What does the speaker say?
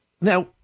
now